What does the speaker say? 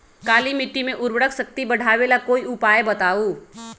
काली मिट्टी में उर्वरक शक्ति बढ़ावे ला कोई उपाय बताउ?